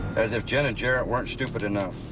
as if jen and jarrett weren't stupid enough.